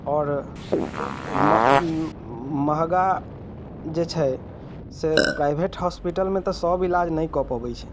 आओर मऽ महगा जे छै से प्राइवेट हॉस्पिटलमे तऽ सभ इलाज नहि कऽ पबै छै